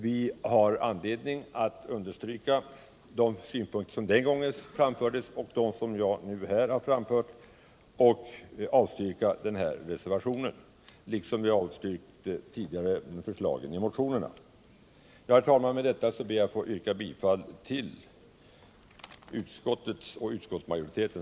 Vi har anledning att understryka de synpunkter som den gången framfördes och dem som jag nu framfört. Vi bör avslå den här motionen liksom vi tidigare avslagit de nämnda motionsförslagen. Med detta, herr talman, ber jag att få yrka bifall till utskottets hemställan.